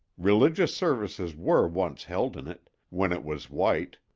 religious services were once held in it when it was white,